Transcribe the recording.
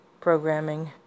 programming